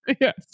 yes